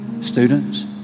Students